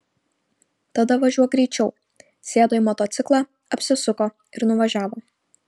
tada važiuok greičiau sėdo į motociklą apsisuko ir nuvažiavo